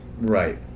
Right